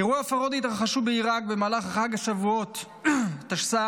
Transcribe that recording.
אירועי הפרהוד התרחשו בעיראק במהלך שבועות התש"א,